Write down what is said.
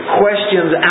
questions